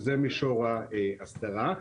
זה מישור ההסדרה.